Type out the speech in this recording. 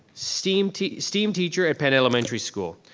steam teacher steam teacher at penn elementary school.